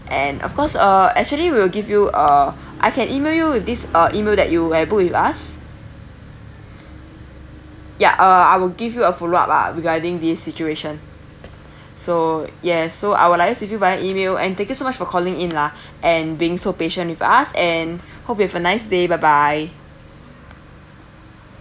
and of course uh actually we'll give you uh I can email you with this uh email that you have booked with us ya uh I will give you a follow up ah regarding the situation so yes so I'll liaise with you via email and thank you so much for calling in lah and being so patient with us and hope you have a nice day bye bye